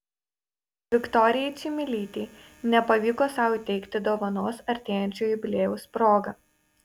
viktorijai čmilytei nepavyko sau įteikti dovanos artėjančio jubiliejaus proga